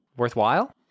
worthwhile